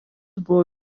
buvo